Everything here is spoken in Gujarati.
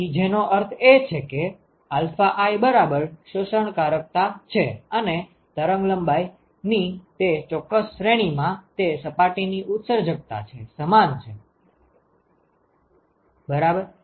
તેથી જેનો અર્થ એ છે કે i બરાબર શોષણકારકતા છે અને તે તરંગલંબાઇ ની તે ચોક્કસ શ્રેણી માં તે સપાટી ની ઉત્સર્જકતા સમાન છે બરાબર